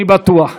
אני בטוח.